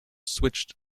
switched